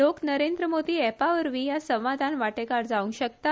लोक नरेंद्र मोदी अॅपावरवी ह्या संवादान वाटेकार जावंक शकतात